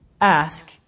Ask